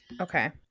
okay